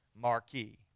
marquee